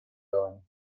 going